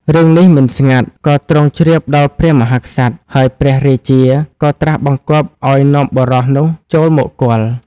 រឿងនេះមិនស្ងាត់ ក៏ទ្រង់ជ្រាបដល់ព្រះមហាក្សត្រ ហើយព្រះរាជាក៏ត្រាស់បង្គាប់ឱ្យនាំបុរសនោះចូលមកគាល់។